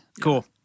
Cool